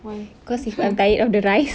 why